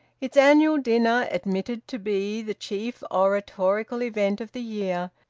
its annual dinner, admitted to be the chief oratorical event of the year,